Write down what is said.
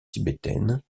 tibétaine